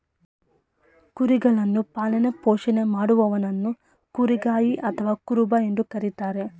ಕುರಿಗಳನ್ನು ಪಾಲನೆ ಪೋಷಣೆ ಮಾಡುವವನನ್ನು ಕುರಿಗಾಯಿ ಅಥವಾ ಕುರುಬ ಎಂದು ಕರಿತಾರೆ